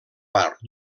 part